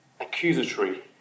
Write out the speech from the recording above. accusatory